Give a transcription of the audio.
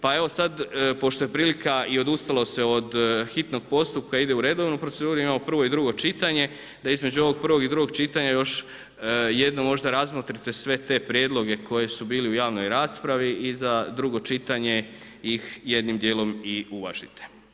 Pa evo sad pošto je prilika i odustalo se od hitnog postupka, ide u redovnu proceduru, imamo prvo i drugo čitanje, da između ovog prvog i drugog čitanja još jednom možda razmotrite sve te prijedloge koji su bili u javnoj raspravi i za drugo čitanje ih jednim dijelom i uvažite.